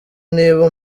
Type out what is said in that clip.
niba